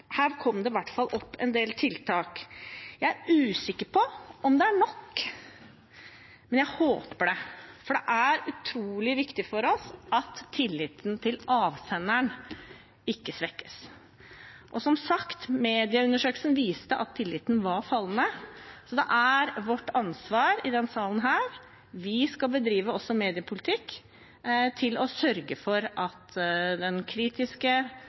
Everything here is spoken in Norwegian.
her kom det i hvert fall opp en del tiltak. Jeg er usikker på om det er nok, men jeg håper det, for det er utrolig viktig for oss at tilliten til avsenderen ikke svekkes. Som sagt: Medieundersøkelsen viste at tilliten var fallende. Det er vårt ansvar, i denne salen. Vi skal bedrive mediepolitikk for å sørge for at den kritiske,